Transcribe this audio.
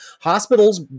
Hospitals